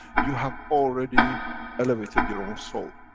you have already elevated your own soul.